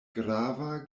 grava